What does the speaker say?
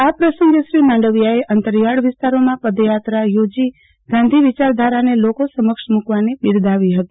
આ પ્રસંગ શ્રો માંડવીયાએ અંતરિયાળ વિસ્તારોમાં પદયાત્રા યોજી ગાંધી વિચારધારા ને લોકો સમક્ષ મકવાને બિરદાવો હતી